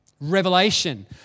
Revelation